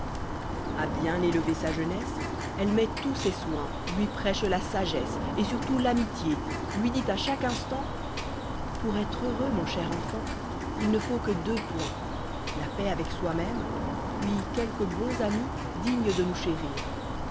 a bien élever sa jeunesse elle met tous ses soins lui prêche la sagesse et surtout l'amitié lui dit à chaque instant pour être heureux mon cher enfant il ne faut que deux points la paix avec soi-même puis quelques bons amis dignes de nous chérir